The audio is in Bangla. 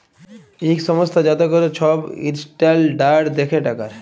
ইক সংস্থা যাতে ক্যরে ছব ইসট্যালডাড় দ্যাখে টাকার